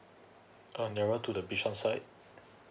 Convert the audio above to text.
uh nearer to the bishan side